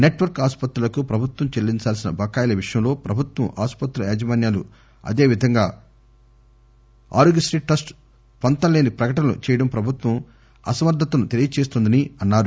network ఆసుపత్రులకు ప్రభుత్వం చెల్లించాల్సిన బకాయిల విషయంలో ప్రభుత్వం ఆసుపత్రుల యాజమాన్యాలు అదేవిధంగా ఆరోగ్యశీ ట్రస్ట్ పొంతన లేని ప్రకటనలు చేయడం ప్రభుత్వం అసమర్దతను తెలియజేస్తోందని ఆయన అన్నారు